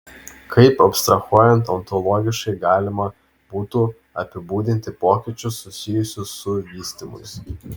kaip abstrahuojant ontologiškai galima būtų apibūdinti pokyčius susijusius su vystymusi